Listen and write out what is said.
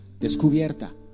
Descubierta